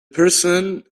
person